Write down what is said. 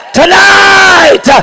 tonight